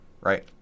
right